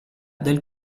del